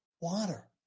water